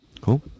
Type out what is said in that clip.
Cool